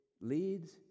leads